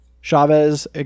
Chavez